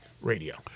radio